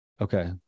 Okay